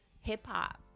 hip-hop